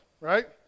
right